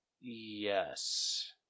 Yes